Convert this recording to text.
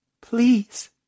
Please